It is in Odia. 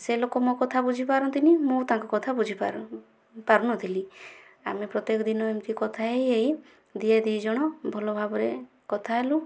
ସେ ଲୋକ ମୋ' କଥା ବୁଝିପାରନ୍ତିନାହିଁ ମୁଁ ତାଙ୍କ କଥା ବୁଝିପାରୁ ପାରୁନଥିଲି ଆମେ ପ୍ରତ୍ୟକ ଦିନ ଏମିତି କଥା ହୋଇ ହୋଇ ଦୁହେଁ ଦୁଇ ଜଣ ଭଲ ଭାବରେ କଥା ହେଲୁ